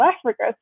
Africa